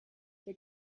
der